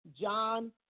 John